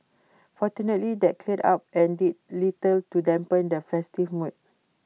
fortunately that cleared up and did little to dampen the festive mood